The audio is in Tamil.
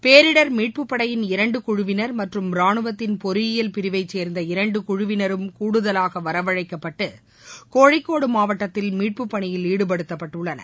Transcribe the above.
பேரிடர் மீட்பு படையின் இரண்டு குழுவினர் மற்றும் ராணுவத்தின் பொறியியல் பிரிவை சேர்ந்த இரண்டு குழுவினரும் கூடுதலாக வரவழைக்கப்பட்டு கோழிக்கோடு மாவட்டத்தில் மீட்பு பணியில் ஈடுபடுத்தப்பட்டுள்ளனர்